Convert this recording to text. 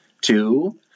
two